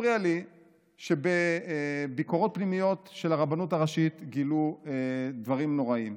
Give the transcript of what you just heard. מפריע לי שבביקורות פנימיות של הרבנות הראשית גילו דברים נוראיים,